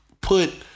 put